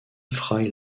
fry